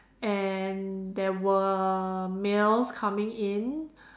and there were males coming in